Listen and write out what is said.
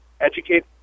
educate